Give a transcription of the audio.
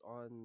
on